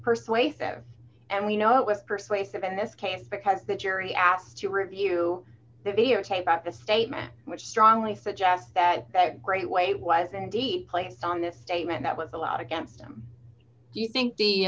persuasive and we know it with persuasive in this case because the jury asked to review the videotape of the statement which strongly suggests that that great way was indeed playing on this statement that was a lot against them do you think the